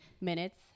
minutes